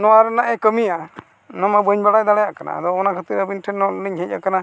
ᱱᱚᱣᱟ ᱨᱮᱱᱟᱜ ᱮ ᱠᱟᱹᱢᱤᱭᱟ ᱚᱱᱟᱢᱟ ᱵᱟᱹᱧ ᱵᱟᱲᱟᱭ ᱫᱟᱲᱮᱭᱟᱜ ᱠᱟᱱᱟ ᱟᱫᱚ ᱚᱱᱟ ᱠᱷᱟᱹᱛᱤᱨ ᱟᱹᱵᱤᱱ ᱴᱷᱮᱱ ᱞᱤᱧ ᱦᱮᱡ ᱟᱠᱟᱱᱟ